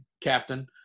captain